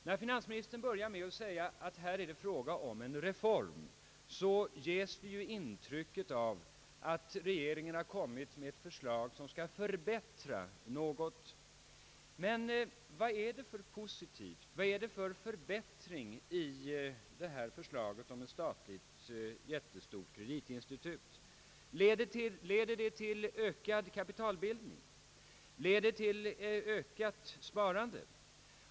När finansministern börjar med att säga att det här är fråga om en reform, söker han ge intryck av att regeringen söker förbättra någonting. Men vad är det för förbättring som detta förslag om ett statligt, jättestort kreditinstitut leder till? Leder det till ökad kapitalbildning, till ökat sparande?